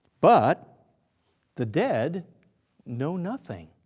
but the dead know nothing.